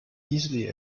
easily